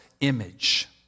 image